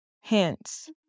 hence